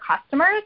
customers